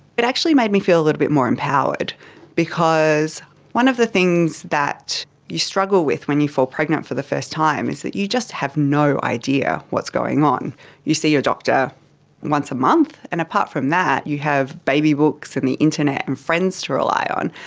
it actually made me feel a little bit more empowered because one of the things that you struggle with when you fall pregnant for the first time is that you just have no idea what's going on, and you see your doctor once a month, and apart from that you have baby books and the internet and friends to rely on.